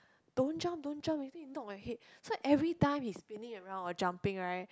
don't jump don't jump later you knock your head so every time he's spinning around or jumping right